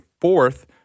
fourth